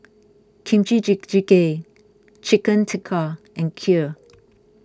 Kimchi Jjigae Chicken Tikka and Kheer